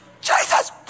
Jesus